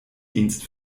dienst